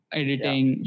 editing